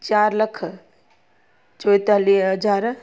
चारि लख चोएतालीह हज़ार